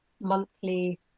monthly